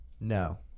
No